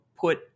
put